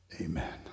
Amen